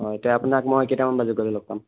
অঁ এতিয়া আপোনাক মই কেইটামান বজাত গ'লে লগ পাম